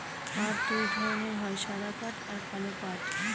পাট দুই ধরনের হয় সাদা পাট আর কালো পাট